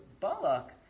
Balak